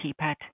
keypad